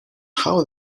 how